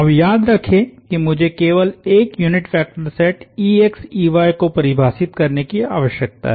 अब याद रखें कि मुझे केवल एक यूनिट वेक्टर सेट को परिभाषित करने की आवश्यकता है